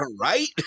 right